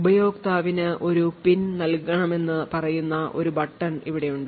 ഉപയോക്താവിന് ഒരു PIN നൽകണമെന്ന് പറയുന്ന ഒരു ബട്ടൺ ഇവിടെയുണ്ട്